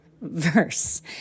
verse